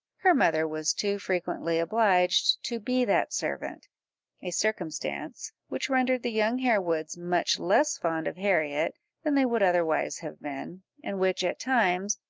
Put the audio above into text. her mother was too frequently obliged to be that servant a circumstance which rendered the young harewoods much less fond of harriet than they would otherwise have been, and which, at times,